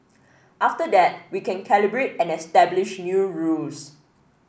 after that we can calibrate and establish new rules